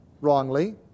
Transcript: wrongly